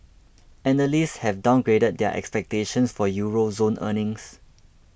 analysts have downgraded their expectations for Euro zone earnings